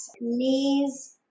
knees